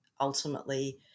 ultimately